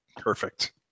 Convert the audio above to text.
Perfect